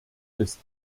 ist